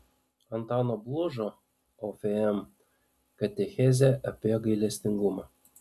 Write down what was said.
antano blužo ofm katechezė apie gailestingumą